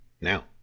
now